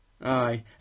Aye